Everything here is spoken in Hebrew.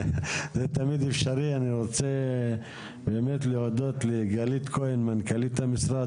אני רוצה להודות לגלית כהן מנכ"לית המשרד,